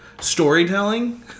storytelling